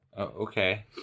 Okay